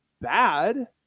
bad